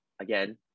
Again